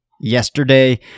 yesterday